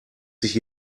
sich